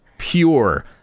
Pure